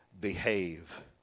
behave